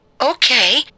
okay